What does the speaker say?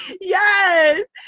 yes